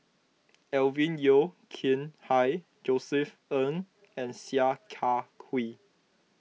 Alvin Yeo Khirn Hai Josef Ng and Sia Kah Hui